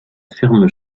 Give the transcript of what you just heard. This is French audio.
ferme